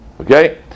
Okay